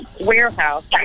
warehouse